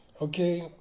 Okay